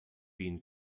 been